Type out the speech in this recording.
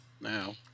now